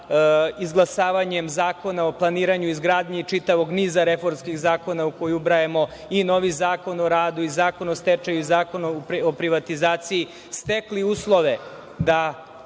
izglasavanjem Zakona o planiranju i izgradnji, čitavog niza reformskih zakona u koje ubrajamo i novi Zakon o radu, Zakon o stečaju, Zakon o privatizaciji, stekli uslove da